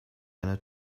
einer